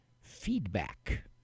feedback